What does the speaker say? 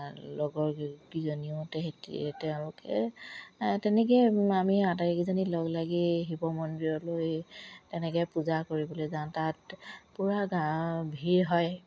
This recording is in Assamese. লগৰকিজনীও তেতিয়া তেওঁলোকে তেনেকে আমি আটাইকেইজনী লগ লাগি শিৱ মন্দিৰলৈ তেনেকে পূজা কৰিবলৈ যাওঁ তাত পূৰা ভিৰ হয়